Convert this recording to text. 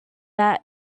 that